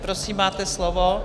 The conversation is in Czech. Prosím, máte slovo.